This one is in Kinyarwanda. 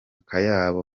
kayabo